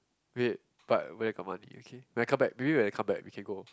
wait but when I got money okay when I come back maybe when I come back we can go